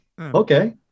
Okay